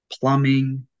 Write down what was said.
Plumbing